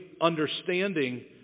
understanding